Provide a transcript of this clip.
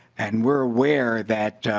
and we are aware that